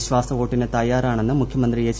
വിശ്വാസ വോട്ടിന് തയ്യാറാണെന്ന് മുഖ്യമന്ത്രി എച്ച്